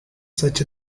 such